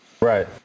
Right